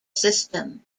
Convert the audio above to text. system